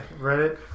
Reddit